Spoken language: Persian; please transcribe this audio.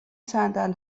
صندل